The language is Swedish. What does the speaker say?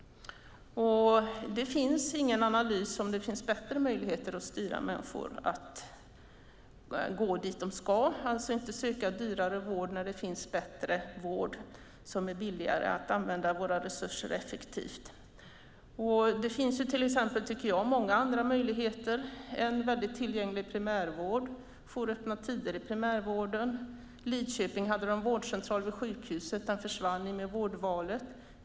Det finns ingen analys av om det finns bättre möjligheter att styra människor att gå dit de ska, alltså inte söka dyrare vård när det finns bättre vård som är billigare, att använda våra resurser effektivt. Det finns många andra möjligheter, till exempel en väldigt tillgänglig primärvård och jouröppna tider i primärvården. I Lidköping hade de vårdcentral vid sjukhuset, och den försvann med vårdvalet.